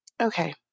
Okay